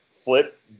flip